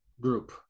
group